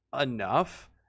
enough